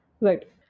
right